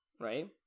right